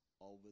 over